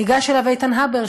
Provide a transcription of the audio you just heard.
ניגש אליו איתן הבר,